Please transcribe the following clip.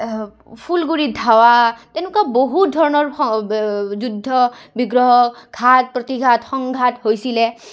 তেনেকুৱা বহুত ধৰণৰ যুদ্ধ বিগ্ৰহ ঘাত প্ৰতিঘাট সংঘাত হৈছিলে